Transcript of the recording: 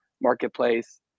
Marketplace